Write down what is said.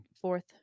fourth